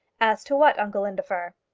as to what, uncle indefer?